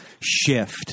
shift